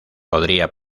podría